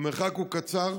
המרחק הוא קצר,